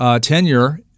tenure